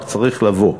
רק צריך לבוא,